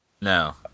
No